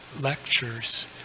lectures